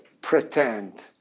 pretend